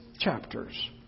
chapters